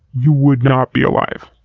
you would not be alive.